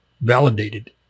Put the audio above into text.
validated